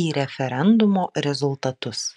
į referendumo rezultatus